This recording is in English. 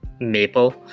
Maple